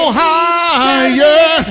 higher